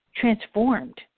transformed